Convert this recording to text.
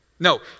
No